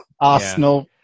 arsenal